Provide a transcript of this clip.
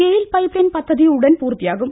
Gayle pipeline പദ്ധതി ഉടൻ പൂർത്തിയാകും